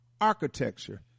architecture